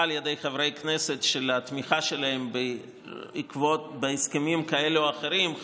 של חברי כנסת את התמיכה שלהם בהסכמים כאלה או אחרים,